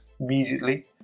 immediately